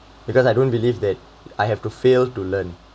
because I don't believe that I have to fail to learn